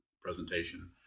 presentation